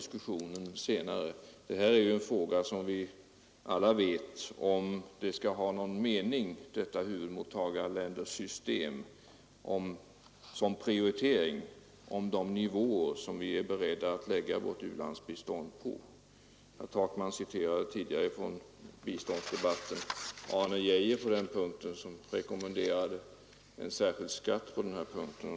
Som alla vet gäller ju den diskussionen om det är någon mening med ett huvudmottagarländersystem som uttryck för den prioritering vi gör när det gäller nivåerna för vårt u-landsbistånd. Herr Takman citerade förut vad Arne Geijer yttrat i en tidigare biståndsdebatt. Han rekommenderade ju en särskild skatt för ändamålet.